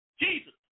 Jesus